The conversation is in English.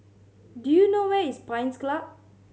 do you know where is Pines Club